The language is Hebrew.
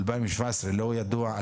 ב-2017 לא ידוע,